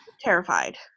terrified